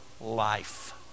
life